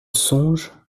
songe